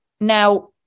Now